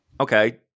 okay